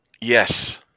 Yes